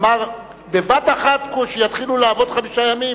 אמר: בבת-אחת יתחילו לעבוד חמישה ימים?